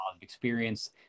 experience